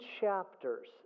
chapters